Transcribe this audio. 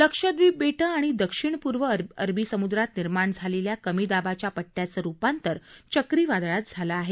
लक्षद्वीप बेटं आणि दक्षिण पूर्व अरबी समुद्रात निर्माण झालेल्या कमी दाबाच्या पट्ट्याचं रूपांतर चक्रीवादळात झालं आहे